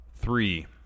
Three